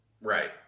Right